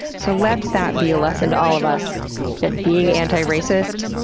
so, let that be a lesson to all of us that being antiracist,